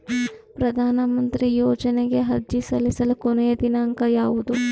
ಪ್ರಧಾನ ಮಂತ್ರಿ ಯೋಜನೆಗೆ ಅರ್ಜಿ ಸಲ್ಲಿಸಲು ಕೊನೆಯ ದಿನಾಂಕ ಯಾವದು?